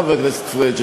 חבר הכנסת פריג',